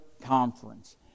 conference